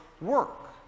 work